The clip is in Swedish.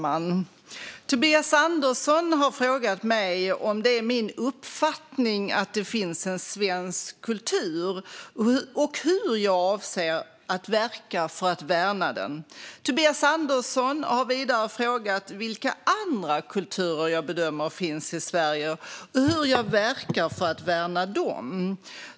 Fru talman! Tobias Andersson har frågat mig om det är min uppfattning att det finns en svensk kultur, och hur jag avser att verka för att värna den. Tobias Andersson har vidare frågat vilka andra kulturer jag bedömer finns i Sverige, och hur jag verkar för att värna dem.